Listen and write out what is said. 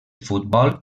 futbol